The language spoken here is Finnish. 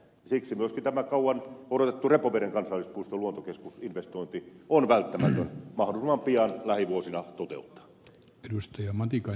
siksi myöskin tämä kauan odotettu repoveden kansallispuiston luontokeskusinvestointi on välttämätön mahdollisimman pian lähivuosina toteuttaa